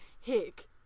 Hick